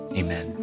amen